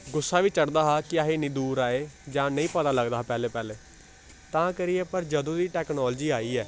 गुस्सा बी चढ़दा हा कि अस इन्नी दूर आए जां नेईं पता लगदा हा पैह्लें पैह्लें तां करियै पर जदूं दी टैक्नालोजी आई ऐ